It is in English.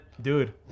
dude